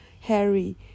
Harry